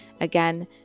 Again